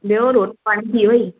ॿियो रोटी पाणी थी वई